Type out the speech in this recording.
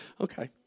Okay